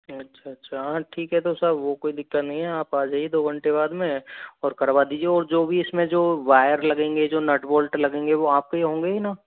अच्छा अच्छा हाँ ठीक है तो सब वो कोई दिक्कत नहीं है आप आ जाइए दो घंटे बाद में और करवा दीजिए और जो भी इसमें जो वायर लगेंगे जो नट बोल्ट लगेंगे वो आपके ही होंगे ही ना